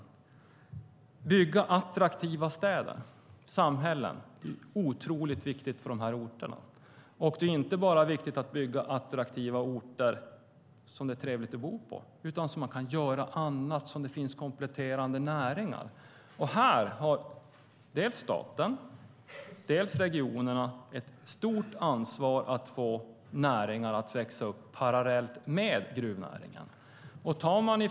Att bygga attraktiva städer och samhällen är otroligt viktigt för de här orterna. Det är inte bara viktigt att bygga attraktiva orter som det är trevligt att bo på. Man ska även kunna göra annat, så kompletterande näringar är viktiga. Här har dels staten, dels regionerna ett stort ansvar att få näringar att växa upp parallellt med gruvnäringen.